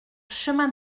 chemin